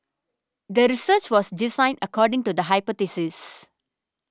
the research was designed according to the hypothesis